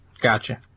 gotcha